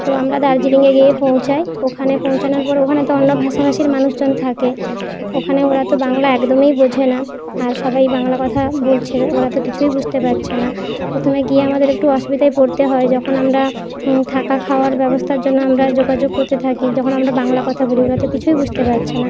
তো আমরা দার্জিলিঙে গিয়ে পৌঁছাই ওখানে পৌঁছানোর পরে ওখানে তো অন্য ভাষাভাষীর মানুষজন থাকে ওখানে ওরা তো বংলা একদমই বোঝে না আর সবাই বাংলা কথা বলছে ওরা তো কিছুই বুঝতে পারছে না প্রথমে গিয়ে আমাদের একটু অসুবিধায় পড়তে হয় যখন আমরা থাকা খাওয়ার ব্যবস্থার জন্য আমরা যোগাযোগ করতে থাকি যখন আমরা বাংলা কথা বলি ওরা তো কিছুই বুঝতে পারছে না